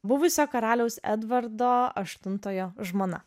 buvusio karaliaus edvardo aštuntojo žmona